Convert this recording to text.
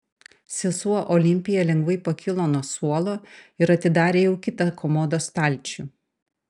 sesuo olimpija lengvai pakilo nuo suolo ir atidarė jau kitą komodos stalčių